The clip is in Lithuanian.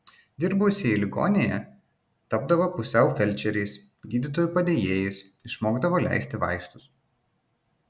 dirbusieji ligoninėje tapdavo pusiau felčeriais gydytojų padėjėjais išmokdavo leisti vaistus